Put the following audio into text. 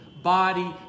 body